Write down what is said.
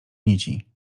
nici